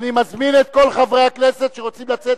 אני מזמין את כל חברי הכנסת שרוצים לצאת,